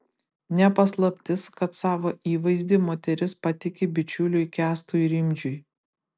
ne paslaptis kad savo įvaizdį moteris patiki bičiuliui kęstui rimdžiui